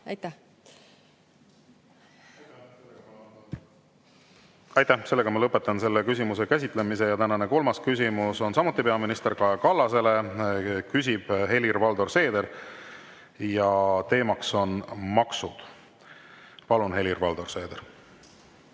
Aitäh! Lõpetan selle küsimuse käsitlemise. Tänane kolmas küsimus on samuti peaminister Kaja Kallasele, küsib Helir‑Valdor Seeder ja teema on maksud. Palun, Helir‑Valdor Seeder!